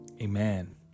Amen